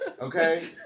Okay